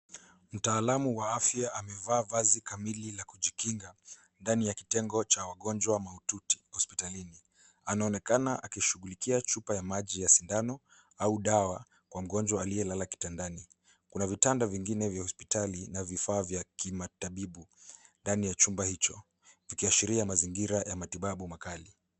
Mtaalamu wa afya amevaa vazi kamili la kujikinga ndani ya kitengo cha wagonjwa mahututi hospitalini. Anaonekana akishughulikia chupa ya maji ya sindano au dawa kwa mgonjwa aliyelala kitandani. Kuna vitanda vyengine vya hospitali na vifaa vya kimatabibu ndani ya chumba hicho vikiashiria mazingira ya matibabu makali.